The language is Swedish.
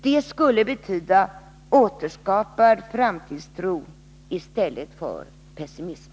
Det skulle betyda återskapad framtidstro i stället för pessimism.